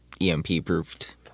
EMP-proofed